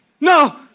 No